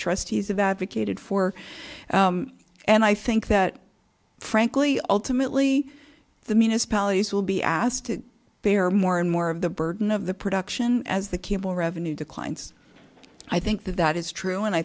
trustees of advocated for and i think that frankly ultimately the municipalities will be asked to bear more and more of the burden of the production as the kimble revenue declines i think that is true and i